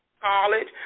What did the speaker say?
college